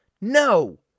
No